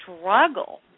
struggle